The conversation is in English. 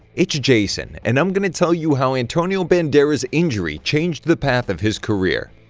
it's jason and i'm gonna tell you how antonio banderas' injury changed the path of his career.